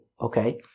okay